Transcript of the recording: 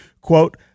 quote